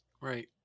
Right